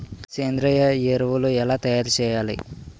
సేంద్రీయ ఎరువులు ఎలా తయారు చేయాలి?